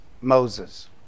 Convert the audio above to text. Moses